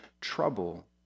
trouble